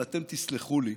אבל אתם תסלחו לי,